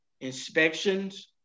inspections